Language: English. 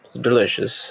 delicious